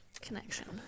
connection